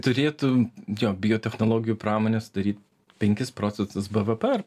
turėtų jo biotechnologijų pramonė sudaryt penkis procentus bvp ar